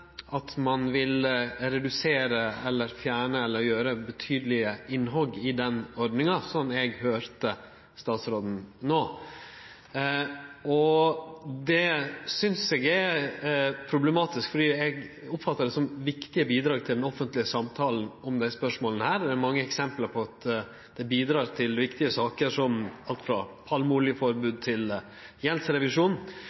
at ein varslar at ein vil redusere, fjerne eller gjere betydelege innhogg i ordninga – slik eg høyrde statsråden no. Det synest eg er problematisk, for eg oppfattar det som viktige bidrag til den offentlege samtalen om desse spørsmåla, og det er mange eksempel på at det bidreg til viktige saker om alt frå